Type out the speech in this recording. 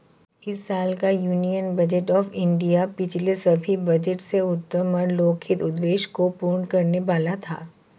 इस साल का यूनियन बजट ऑफ़ इंडिया पिछले सभी बजट से उत्तम और लोकहित उद्देश्य को पूर्ण करने वाला था